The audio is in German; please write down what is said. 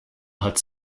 hat